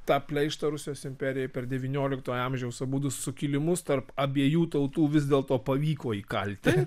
tą pleištą rusijos imperijai per devynioliktojo amžiaus abudu sukilimus tarp abiejų tautų vis dėlto pavyko įkalti